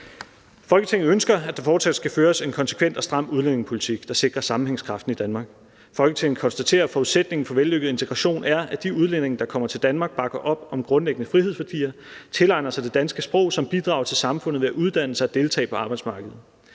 »Folketinget ønsker, at der fortsat skal føres en konsekvent og stram udlændingepolitik, der sikrer sammenhængskraften i Danmark. Folketinget konstaterer, at forudsætningen for vellykket integration er, at de udlændinge, der kommer til Danmark, bakker op om grundlæggende frihedsværdier, tilegner sig det danske sprog samt bidrager til samfundet ved at uddanne sig og deltage på arbejdsmarkedet.